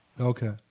Okay